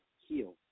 heal